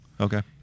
Okay